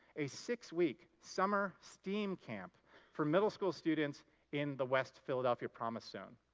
a six-week summer steam camp for middle school students in the west philadelphia promise zone.